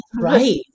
right